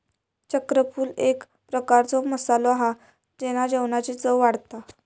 चक्रफूल एक प्रकारचो मसालो हा जेना जेवणाची चव वाढता